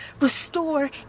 Restore